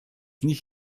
nich